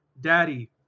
Daddy